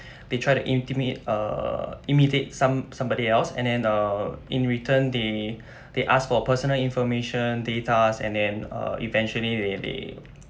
they tried to intimate err imitate some somebody else and then err in return they they ask for personal information datas and then err eventually they they